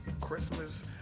Christmas